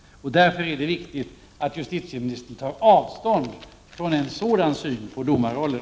Det är viktigt att justitieministern tar avstånd från en sådan syn på domarrollen.